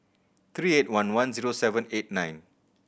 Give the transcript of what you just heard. three eight one one zero seven eight nine